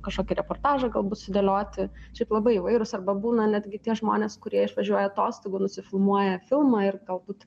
kažkokį reportažą galbūt sudėlioti šiaip labai įvairūs arba būna netgi tie žmonės kurie išvažiuoja atostogų nusifilmuoja filmą ir galbūt